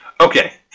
Okay